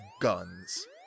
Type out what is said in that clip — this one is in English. guns